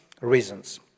reasons